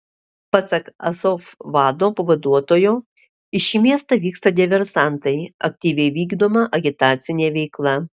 pasak azov vado pavaduotojo į šį miestą vyksta diversantai aktyviai vykdoma agitacinė veikla